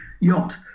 yacht